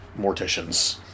morticians